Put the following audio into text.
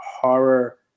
horror